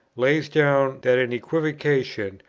lays down that an equivocation,